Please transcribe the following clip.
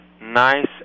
nice